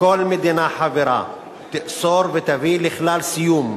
"כל מדינה חברה תאסור ותביא לכלל סיום,